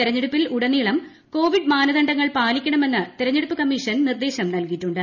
തെരഞ്ഞെടുപ്പിൽ ഉടനീളം കോവിഡ് മാനദണ്ഡങ്ങൾ പാലിക്കണമെന്ന് തെരഞ്ഞെടുപ്പ് കമ്മീഷൻ നിർദ്ദേശം നൽകിയിട്ടുണ്ട്